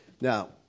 Now